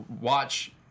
watch